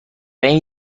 این